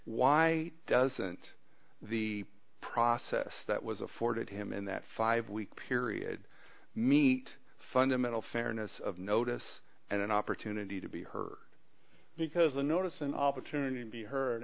why doesn't the process that was afforded him in that five week period meet fundamental fairness of notice and an opportunity to be heard because the notice an opportunity to be heard